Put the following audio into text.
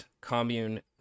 commune